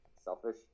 selfish